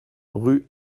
rue